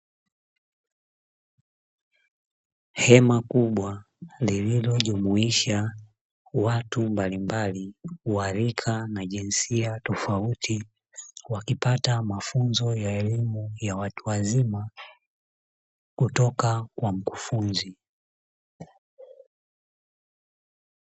Hema kubwa lililojumuisha watu mbalimbali wa rika na jinsia tofauti wakipata mafunzo ya elimu ya watu wazima kutoka kwa mkufunzi.